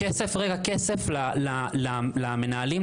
כסף למנהלים,